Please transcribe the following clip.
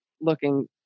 looking